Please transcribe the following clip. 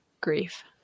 grief